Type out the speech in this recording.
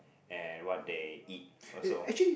and what they eat also